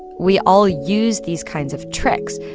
we all use these kinds of tricks.